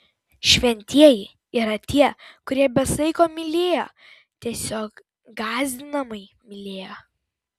šventieji yra tie kurie be saiko mylėjo tiesiog gąsdinamai mylėjo